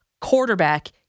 quarterback